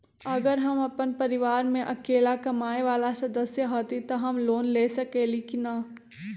अगर हम अपन परिवार में अकेला कमाये वाला सदस्य हती त हम लोन ले सकेली की न?